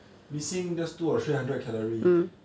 missing just two or three hundred calorie